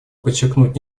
подчеркнуть